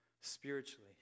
spiritually